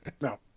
No